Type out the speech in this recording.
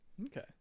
Okay